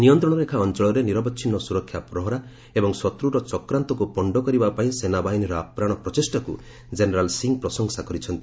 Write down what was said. ନିୟନ୍ତ୍ରଣରେଖା ଅଞ୍ଚଳରେ ନିରବଚ୍ଛିନ୍ନ ସୁରକ୍ଷା ପ୍ରହରା ଏବଂ ଶତ୍ରୁର ଚକ୍ରାନ୍ତକୁ ପଣ୍ଡ କରିବା ପାଇଁ ସେନାବାହିନୀର ଆପ୍ରାଣ ପ୍ରଚେଷ୍ଟାକୁ ଜେନେରାଲ୍ ସିଂ ପ୍ରଶଂସା କରିଛନ୍ତି